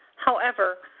however,